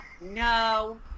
no